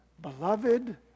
beloved